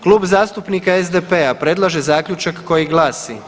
Klub zastupnika SDP-a predlaže zaključak koji glasi.